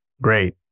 Great